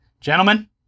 Gentlemen